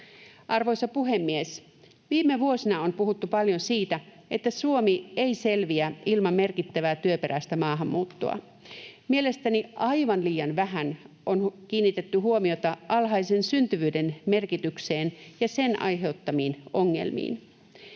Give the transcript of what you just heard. Arvoisa puhemies! Viime vuosina on puhuttu paljon siitä, että Suomi ei selviä ilman merkittävää työperäistä maahanmuuttoa. Mielestäni aivan liian vähän on kiinnitetty huomiota alhaisen syntyvyyden merkitykseen ja sen aiheuttamiin ongelmiin.